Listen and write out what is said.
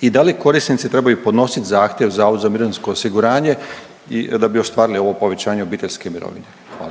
i da li korisnici trebaju podnosit zahtjev Zavodu za mirovinsko osiguranje da bi ostvarili ovo povećanje obiteljske mirovine? Hvala.